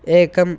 एकम्